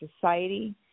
society